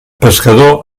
pescador